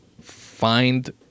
Find